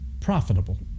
profitable